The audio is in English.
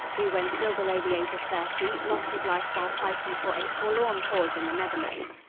who, when still below the age of thirty, lost his life while fighting for a forlorn cause in the netherlands.